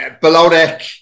below-deck